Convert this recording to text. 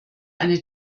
eine